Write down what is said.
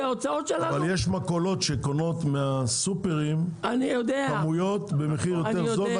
אבל יש מכולות שקונות מהסופרים כמויות במחיר יותר זול,